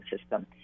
system